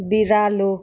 बिरालो